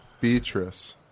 Beatrice